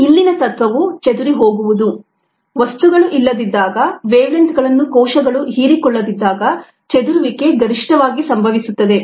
ಇಲ್ಲಿನ ತತ್ವವು ಚದುರಿಹೋಗುವುದು ವಸ್ತುಗಳು ಇಲ್ಲದಿದ್ದಾಗ ವೇವಲೆಂಥ್ಗಳನ್ನು ಕೋಶಗಳು ಹೀರಿಕೊಳ್ಳದಿದ್ದಾಗ ಚದುರುವಿಕೆ ಗರಿಷ್ಠವಾಗಿ ಸಂಭವಿಸುತ್ತದೆ